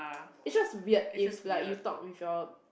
it's just weird if like you talk with your